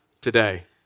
today